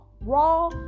Raw